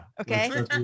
Okay